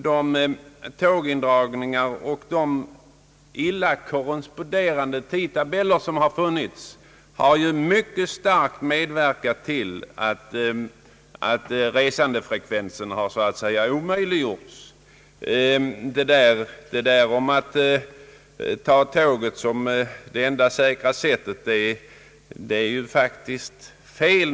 De tågindragningar och de illa korresponderande tidtabeller som funnits har starkt medverkat till att resandefrekvensen har sjunkit. Denna maning »Ta tåget — det är det enda säkra sättet» är numera faktiskt fel.